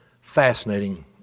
fascinating